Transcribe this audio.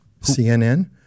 CNN